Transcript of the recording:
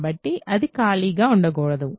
కాబట్టి అది ఖాళీగా ఉండకూడదు